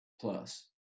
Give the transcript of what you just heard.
plus